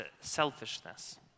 selfishness